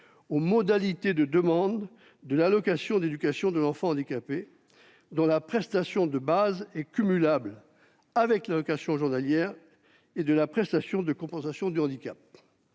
aux modalités de demande de l'allocation d'éducation de l'enfant handicapé, dont la prestation de base est cumulable avec l'allocation journalière de présence parentale, et de la prestation de compensation du handicap.